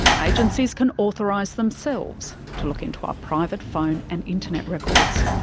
agencies can authorise themselves to look into our private phone and internet records.